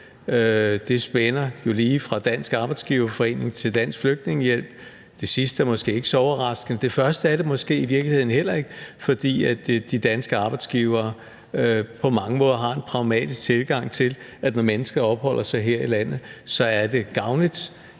Det spænder lige fra Dansk Arbejdsgiverforening til Dansk Flygtningehjælp. Det sidste er måske ikke så overraskende, og det første er det måske i virkeligheden heller ikke, fordi de danske arbejdsgivere på mange måder har en pragmatisk tilgang til, at når mennesker opholder sig her i landet, er det gavnligt,